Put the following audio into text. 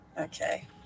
Okay